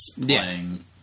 playing